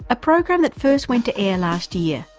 a program that first went to air last year,